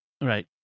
Right